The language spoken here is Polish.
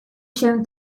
się